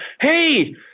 hey